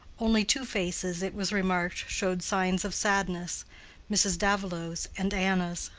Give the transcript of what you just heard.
only two faces, it was remarked, showed signs of sadness mrs. davilow's and anna's.